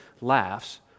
laughs